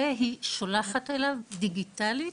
והיא שולחת אליו, דיגיטלית,